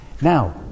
now